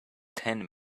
ten